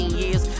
years